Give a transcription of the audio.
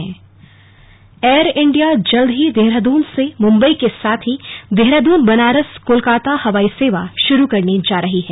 slug Air India सेवा Air India जल्द ही देहरादून से मुंबई के साथ ही देहरादून बनारस कोलकाता हवाई सेवा शुरू करने जा रही है